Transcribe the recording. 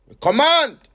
Command